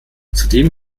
zudem